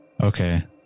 Okay